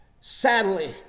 Sadly